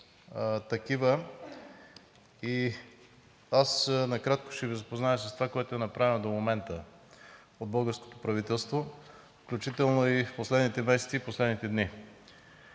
Накратко ще Ви запозная с това, което е направено до момента от българското правителство, включително в последните месеци и последните дни.